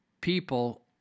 people